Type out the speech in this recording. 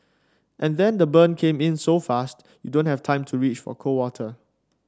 and then the burn came in so fast you don't have time to reach for cold water